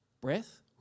breath